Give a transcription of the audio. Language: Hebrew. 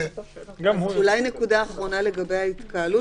נקודה אחרונה לגבי ההתקהלות